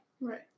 Right